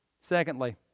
Secondly